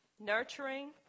nurturing